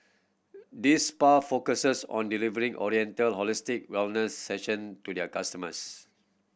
this spa focuses on delivering oriental holistic wellness session to their customers